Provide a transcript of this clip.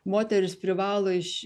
moterys privalo iš